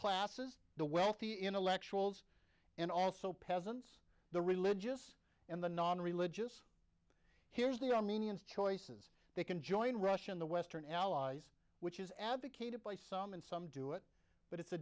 classes the wealthy intellectuals and also peasants the religious and the non religious here's the armenians choices they can join russia and the western allies which is advocated by some and some do it but it's a